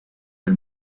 del